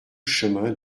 chemin